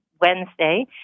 Wednesday